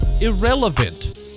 irrelevant